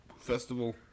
Festival